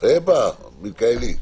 הצבעה לא נתקבלה.